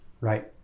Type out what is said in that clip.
right